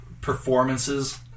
performances